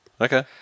Okay